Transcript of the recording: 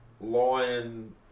Lion